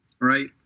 Right